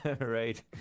Right